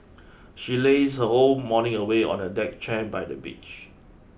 she lazed her whole morning away on a deck chair by the beach